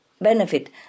benefit